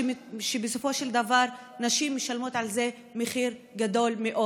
שבסופו של דבר נשים משלמות על זה מחיר גדול מאוד.